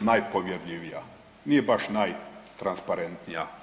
najpovjerljivija, nije baš najtransparentnija.